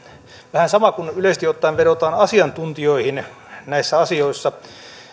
vähän sama kuin yleisesti ottaen vedotaan asiantuntijoihin näissä asioissa